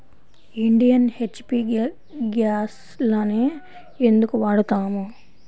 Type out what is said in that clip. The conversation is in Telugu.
ఇండియన్, హెచ్.పీ గ్యాస్లనే ఎందుకు వాడతాము?